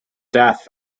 death